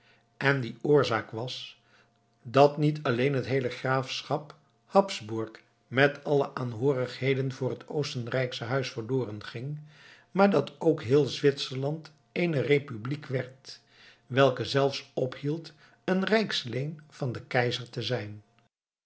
en die oorzaak was dat niet alleen het heele graafschap habsburg met alle aanhoorigheden voor het oostenrijksche huis verloren ging maar dat ook heel zwitserland eene republiek werd welke zelfs ophield een rijksleen van den keizer te zijn